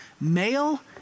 Male